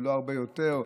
ולא הרבה יותר.